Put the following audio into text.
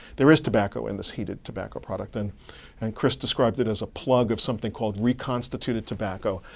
there is tobacco in this heated tobacco product. and and chris described it as a plug of something called reconstituted tobacco.